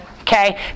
Okay